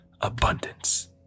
abundance